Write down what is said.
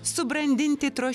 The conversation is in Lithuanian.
subrandinti troškimai